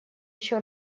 еще